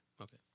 okay